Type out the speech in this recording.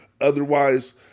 otherwise